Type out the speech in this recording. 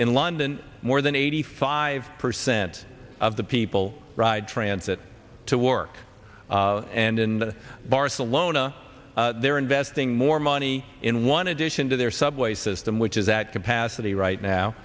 in london more than eighty five percent of the people ride transit to work and in barcelona they're investing more money in one addition to their subway system which is that capacity right now